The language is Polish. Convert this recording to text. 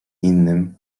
innym